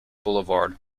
boulevard